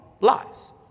lies